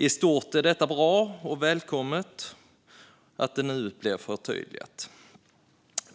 I stort är detta bra, och det är välkommet att det nu blir förtydligat.